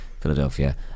Philadelphia